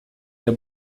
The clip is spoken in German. der